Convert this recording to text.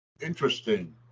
interesting